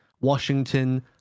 Washington